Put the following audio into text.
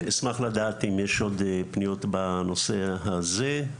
אשמח לדעת אם יש עוד פניות בנושא הזה.